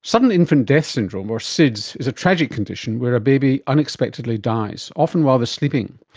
sudden infant death syndrome or sids is a tragic condition where a baby unexpectedly dies, often while they are sleeping.